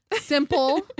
simple